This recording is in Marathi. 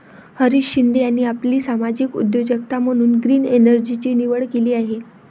हरीश शिंदे यांनी आपली सामाजिक उद्योजकता म्हणून ग्रीन एनर्जीची निवड केली आहे